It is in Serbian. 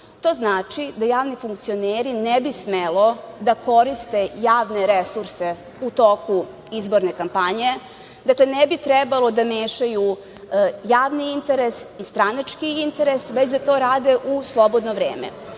To znači da javni funkcioneri ne bi smelo da koriste javne resurse u toku izborne kampanje. Dakle, ne bi trebalo da mešaju javni interes i stranački interes, već da to rade u slobodno vreme. Ova